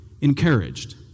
encouraged